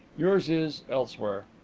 yours is elsewhere.